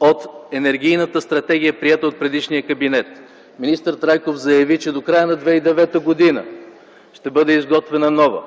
от енергийната стратегия, приета от предишния кабинет, министър Трайков заяви, че до края на 2009 г. ще бъде изготвена нова,